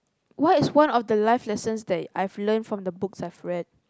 what is one of the life lessons that I've learn from the books I read